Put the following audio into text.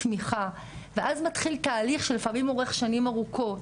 תמיכה ואז מתחיל תהליך שלפעמים אורך שנים ארוכות.